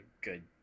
good